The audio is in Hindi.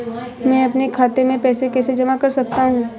मैं अपने खाते में पैसे कैसे जमा कर सकता हूँ?